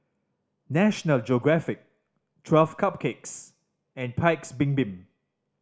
National Geographic Twelve Cupcakes and Paik's Bibim